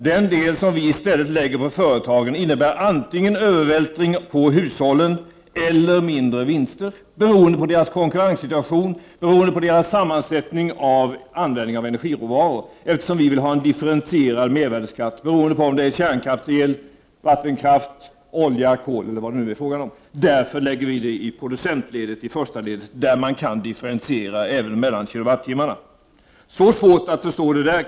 Den del som vi i stället lägger på företagen innebär antingen övervältring på hushållen eller mindre vinster, beroende på deras konkurrenssituation och deras sammansättning och användning av energiråvaror. Vi vill nämligen ha en differentierad mervärdeskatt beroende på om det är kärnkrafts-el, vattenkraft, olja, kol eller vad det nu är fråga om. Vi lägger det därför i producentledet, i det första ledet, där man kan differentiera även mellan kilowattimmarna. Det kan inte vara så svårt att förstå det här.